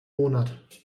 monat